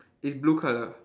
is blue colour